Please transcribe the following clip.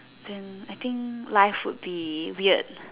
then I think life would be weird